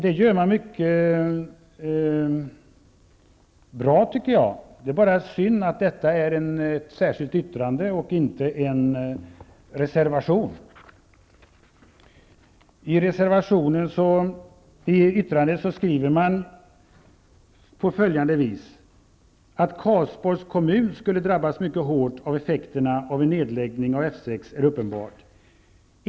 Det gör man mycket bra, tycker jag. Det är bara synd att det är ett särskilt yttrande och inte en reservation. I yttrandet skriver man på följande vis: ''Att Karlsborgs kommun skulle drabbas mycket hårt av effekterna av en nedläggning av F 6 är uppenbart.